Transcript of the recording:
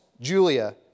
Julia